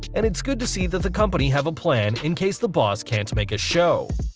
and it's good to see that the company have a plan in case the boss can't make a show.